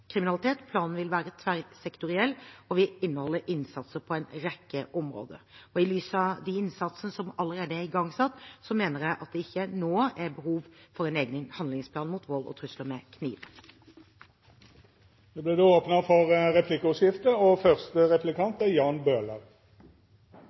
Planen vil være tverrsektoriell og vil inneholde innsatser på en rekke områder. I lys av de innsatsene som allerede er igangsatt, mener jeg at det ikke nå er behov for en egen handlingsplan mot vold og trusler med